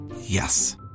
Yes